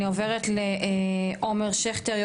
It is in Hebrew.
אני עוברת לעומר שכטר,